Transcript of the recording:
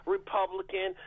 Republican